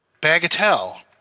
Bagatelle